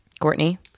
Courtney